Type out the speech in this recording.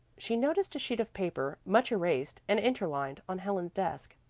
she noticed a sheet of paper, much erased and interlined, on helen's desk.